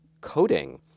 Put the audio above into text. coding